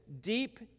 deep